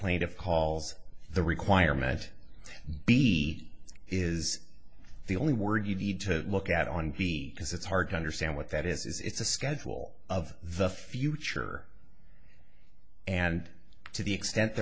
plaintiff calls the requirement b is the only word you need to look at on because it's hard to understand what that is it's a schedule of the future and to the extent